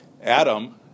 Adam